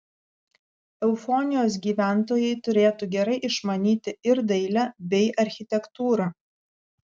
eufonijos gyventojai turėtų gerai išmanyti ir dailę bei architektūrą